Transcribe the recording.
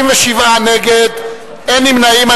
67 נגד, אין נמנעים.